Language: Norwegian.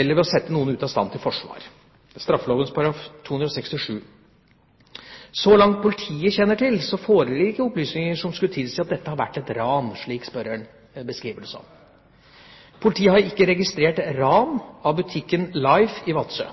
eller ved å sette noen ute av stand til forsvar, jf. straffeloven § 267. Så langt politiet kjenner til, foreligger det ikke opplysninger som skulle tilsi at dette har vært et ran, slik spørreren beskriver det som. Politiet har ikke registrert ran av butikken Life i Vadsø.